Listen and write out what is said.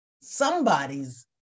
somebody's